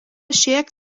šiek